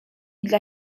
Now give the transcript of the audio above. dla